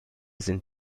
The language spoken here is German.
sind